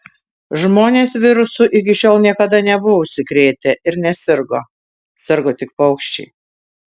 žmonės virusu iki šiol niekada nebuvo užsikrėtę ir nesirgo sirgo tik paukščiai